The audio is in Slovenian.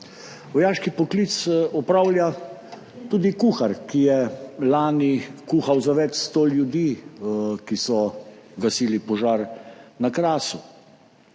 Vojaški poklic opravlja tudi kuhar, ki je lani kuhal za več sto ljudi, ki so gasili požar na Krasu.